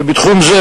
שבתחום זה